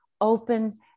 open